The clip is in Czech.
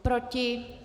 Proti?